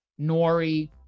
Nori